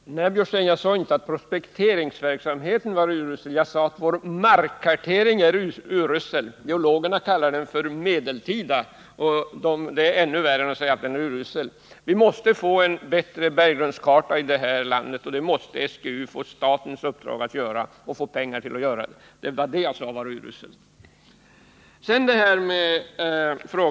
Herr talman! Nej, Karl Björzén, jag sade inte att prospekteringsverksamheten är urusel. Jag sade att vår markkartering är urusel. Geologerna kallar den för medeltida, och det är ännu värre än att säga att den är urusel. Vi måste få en bättre berggrundskarta här i landet. SGU måste få i uppdrag att göra en sådan och få pengar till det arbetet.